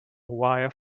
wire